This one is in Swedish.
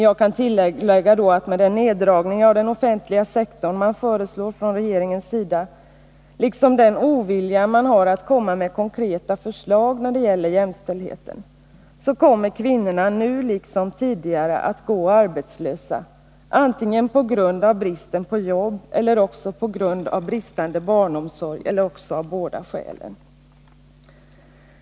Jag kan tillägga att med den neddragning av den offentliga sektorn som man föreslår från regeringens sida liksom den ovilja man har att komma med konkreta förslag när det gäller jämställdheten, så kommer kvinnorna nu liksom tidigare att gå arbetslösa — antingen på grund av bristen på jobb eller på grund av bristande barnomsorg, eller också av båda skälen.